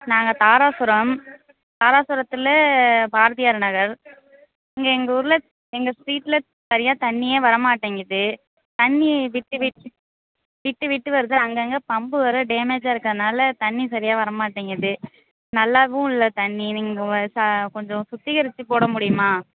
நாங்கள் தாராசுரம் தராசுரத்தில் பாரதியார் நகர் இங்கே எங்கூரில் எங்கள் ஸ்ட்ரீட்டில் சரியாக தண்ணியே வரமாட்டேங்குது தண்ணி விட்டு விட்டு விட்டு விட்டு வருது அங்கேங்க பம்பு வேறு டேமேஜாக இருக்கிறனால தண்ணி சரியாக வரமாட்டேங்குது நல்லாவும் இல்லை தண்ணி நீங்கள் சா கொஞ்சம் சுத்திக்கரிச்சு போடமுடியுமா